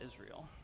Israel